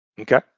Okay